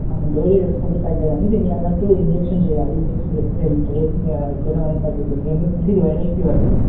డోలో వేసుకుంటే తగ్గదు అండి దీనికి అన్నట్టు ఇంజక్షన్ చేయాలి ఇంజక్షన్ చేస్తేనే జ్వరం అనేది తగ్గుతుంది ఎందుకంటే ఇది వైరల్ ఫీవరు